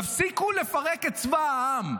תפסיקו לפרק את צבא העם.